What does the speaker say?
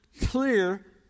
clear